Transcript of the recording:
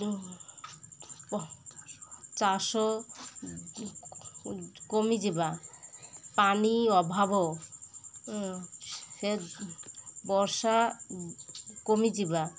ଚାଷ କମିଯିବା ପାନି ଅଭାବ ସେ ବର୍ଷା କମିଯିବା